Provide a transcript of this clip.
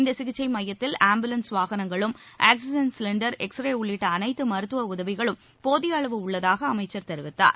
இந்த சிகிச்சை மையத்தில் ஆம்புலன்ஸ் வாகனங்களும் ஆக்ஸிஜன் சிலிண்டர் எக்ஸ்ரே உள்ளிட்ட அனைத்து மருத்துவ உதவிகளும் போதிய அளவு உள்ளதாக அமைச்சர் தெரிவித்தார்